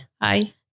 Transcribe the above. Hi